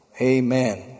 Amen